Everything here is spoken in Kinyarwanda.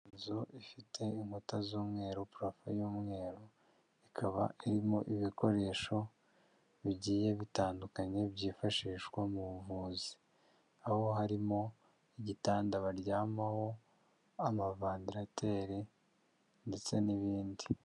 Inzu ifite inkuta z'umweru parafo y'umweru ikaba irimo ibikoresho bigiye bitandukanye byifashishwa mu buvuzi aho harimo n'igitanda baryamaho, amavanderateri ndetse n'ibindi.